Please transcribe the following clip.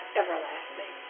everlasting